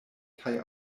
kaj